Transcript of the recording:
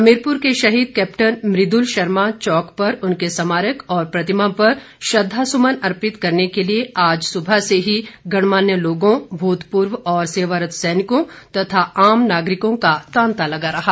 हमीरपुर के शहीद कैप्टन मृदुल शर्मा चौक पर उनके स्मारक और प्रतिमा पर श्रद्धासुमन अर्पित करने के लिए आज सुबह से ही गणमान्य लोगों भूतपूर्व और सेवारत सैनिकों तथा आम नागरिकों का तांता लगा रहा